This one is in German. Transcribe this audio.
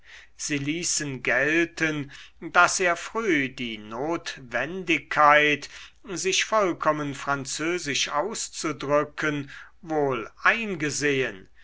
sie ließen gelten daß er früh die notwendigkeit sich vollkommen französisch auszudrücken wohl eingesehn